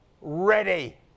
ready